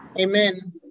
Amen